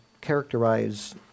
characterize